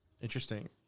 Interesting